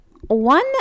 one